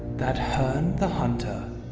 that herne the hunter,